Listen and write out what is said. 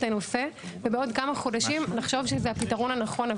הנושא ובעוד כמה חודשים נחשוב שזה הפתרון הנכון.